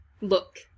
look